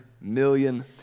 million